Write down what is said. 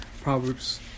Proverbs